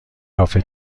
کافه